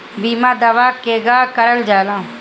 बीमा दावा केगा करल जाला?